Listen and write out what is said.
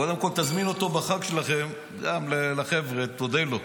קודם כול, תזמין אותו בחג שלכם לחבר'ה, תודה לו.